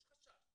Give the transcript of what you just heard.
יש חשש,